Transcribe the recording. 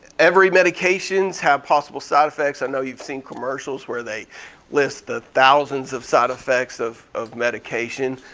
every medications have possible side effects. i know you've seen commercials where they list the thousands of side effects of of medication.